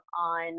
on